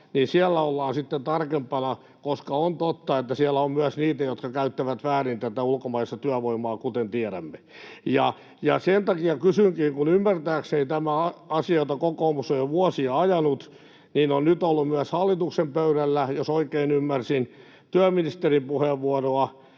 niin kunnossa, ollaan sitten tarkempana, koska on totta, että siellä on myös niitä, jotka käyttävät väärin tätä ulkomaista työvoimaa, kuten tiedämme. Sen takia kysynkin, kun ymmärtääkseni tämä asia, jota kokoomus on jo vuosia ajanut, on nyt ollut myös hallituksen pöydällä, jos oikein ymmärsin työministerin puheenvuoroa,